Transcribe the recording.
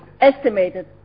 estimated